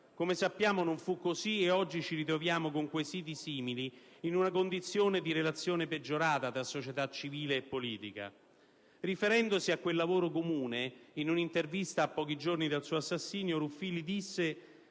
Come sappiamo non fu così e oggi ci ritroviamo con quesiti simili, in una condizione di relazione peggiorata tra la società civile e la politica. Riferendosi a quel lavoro comune, in un'intervista a pochi giorni dal suo assassinio, Ruffilli disse